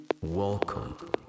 Welcome